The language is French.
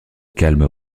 calme